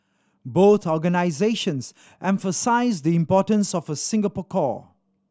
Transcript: both organisations emphasise the importance of a Singapore core